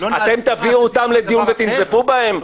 תביאו אותם לדיון ותנזפו בהם?